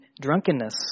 drunkenness